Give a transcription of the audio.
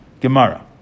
gemara